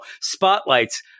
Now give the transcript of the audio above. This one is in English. spotlights